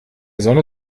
sonne